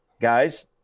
guys